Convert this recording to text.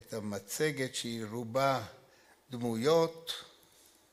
‫את המצגת שהיא רובה דמויות.